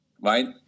right